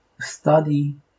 study